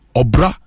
obra